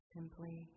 Simply